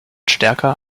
stärker